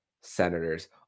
Senators